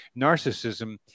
Narcissism